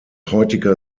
heutiger